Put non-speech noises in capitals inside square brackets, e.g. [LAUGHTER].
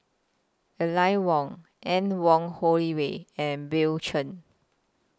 Aline Wong Anne Wong [UNINTELLIGIBLE] and Bill Chen